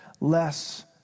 less